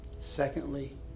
secondly